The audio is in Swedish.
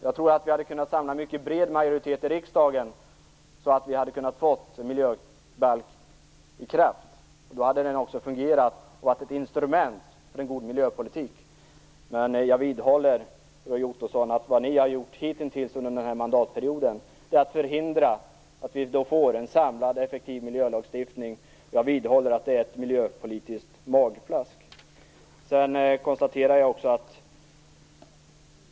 Jag tror att vi skulle ha kunnat samla en mycket bred majoritet i riksdagen för att få en miljöbalk i kraft. Då hade den också fungerat och varit ett instrument för en god miljöpolitik. Jag vidhåller, Roy Ottosson, att vad ni hitintills under denna mandatperiod gjort är att ni har förhindrat att vi får en samlad effektiv miljölagstiftning och att detta är ett miljöpolitiskt magplask.